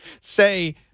say